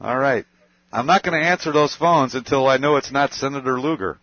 all right i'm not going to answer those phones until i know it's not senator lug